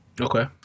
okay